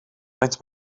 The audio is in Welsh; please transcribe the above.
faint